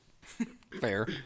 Fair